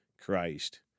Christ